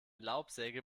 laubsäge